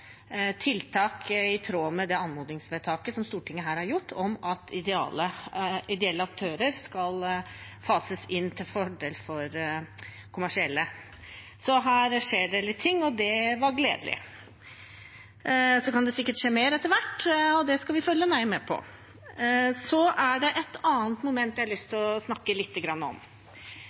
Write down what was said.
tiltak i tråd med det anmodningsvedtaket som Stortinget har gjort om at ideelle aktører skal fases inn til fordel for kommersielle. Så her skjer det litt – og det er gledelig. Det kan sikkert skje mer etter hvert, og det skal vi følge nøye med på. Så er det et annet moment jeg har lyst til å snakke litt om.